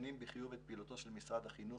מציינים בחיוב את פעילותו של משרד החינוך